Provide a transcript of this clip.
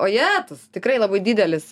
ojetus tikrai labai didelis